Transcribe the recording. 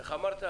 איך אמרת?